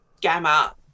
gamma